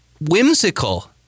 whimsical